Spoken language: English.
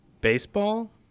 Baseball